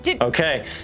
Okay